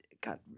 got